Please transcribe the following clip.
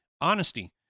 honesty